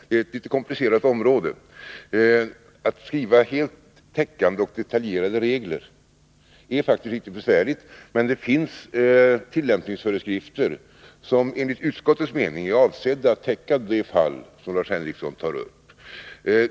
Det är ett litet komplicerat område, och att skriva heltäckande och detaljerade regler är faktiskt riktig besvärligt. Det finns emellertid tillämpningsföreskrifter som enligt utskottets mening är avsedda att täcka de fall som Lars Henrikson tog upp.